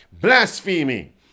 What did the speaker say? Blasphemy